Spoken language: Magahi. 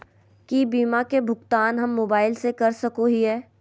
की बीमा के भुगतान हम मोबाइल से कर सको हियै?